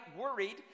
worried